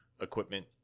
equipment